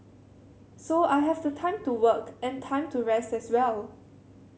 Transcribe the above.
so I have the time to work and time to rest as well